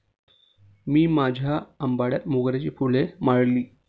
मी माझ्या आंबाड्यात मोगऱ्याची फुले माळली